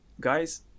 guys